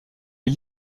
est